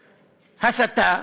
הסתה,